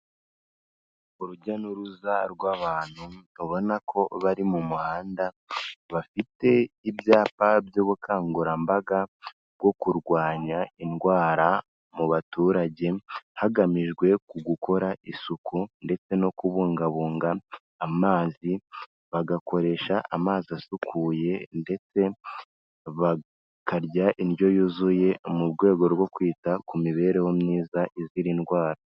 Urujya n'uruza rw'abantu ubona ko bari mu muhanda, bafite ibyapa by'ubukangurambaga bwo kurwanya indwara mu baturage hagamijwe kugukora isuku ndetse no kubungabunga amazi, bagakoresha amazi asukuye ndetse bakarya indyo yuzuye mu rwego rwo kwita ku mibereho myiza izira indwara.